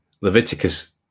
Leviticus